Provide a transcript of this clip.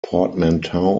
portmanteau